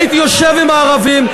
הייתי יושב עם הערבים,